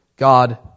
God